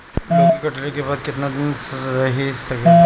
लौकी कटले के बाद केतना दिन रही सकेला?